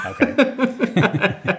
Okay